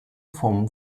from